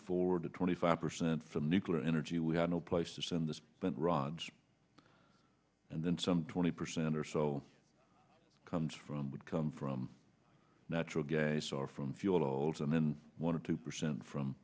to twenty five percent from nuclear energy we have no place to send the spent rods and then some twenty percent or so comes from would come from natural gas or from fuels and then one or two percent from